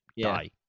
die